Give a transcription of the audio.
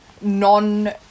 non